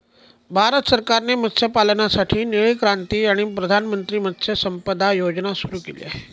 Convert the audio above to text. भारत सरकारने मत्स्यपालनासाठी निळी क्रांती आणि प्रधानमंत्री मत्स्य संपदा योजना सुरू केली आहे